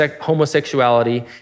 homosexuality